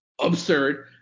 absurd